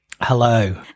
Hello